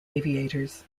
aviators